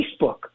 facebook